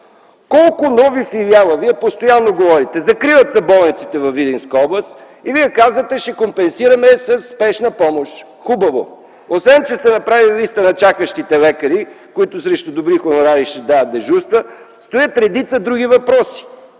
колко нови филиала? Вие постоянно говорите: закриват се болниците във Видинска област и ще компенсираме със спешна помощ. Хубаво. Освен че сте направили листа на чакащите лекари, които срещу добри хонорари ще дават дежурства, стоят редица други въпроси: